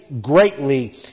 greatly